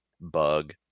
bug